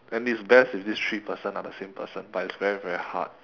and it's best if these three person are the same person but it's very very hard